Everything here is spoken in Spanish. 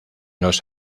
los